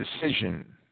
decision